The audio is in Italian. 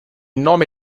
nome